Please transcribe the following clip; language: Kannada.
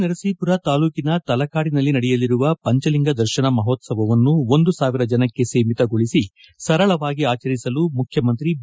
ನರಸೀಪುರ ತಾಲ್ಡೂಕಿನ ತಲಕಾಡಿನಲ್ಲಿ ನಡೆಯಲಿರುವ ಪಂಚಲಿಂಗ ದರ್ತನ ಮಹೋತ್ತವವನ್ನು ಒಂದು ಸಾವಿರ ಜನಕ್ಕೆ ಸೀಮಿತಗೊಳಿಸಿ ಸರಳವಾಗಿ ಆಚರಿಸಲು ಮುಖ್ಯಮಂತ್ರಿ ಬಿ